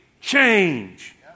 change